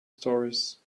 stories